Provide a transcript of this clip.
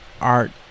art